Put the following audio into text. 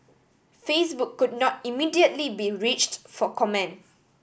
Facebook could not immediately be reached for comment